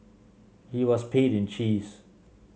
he was paid in cheese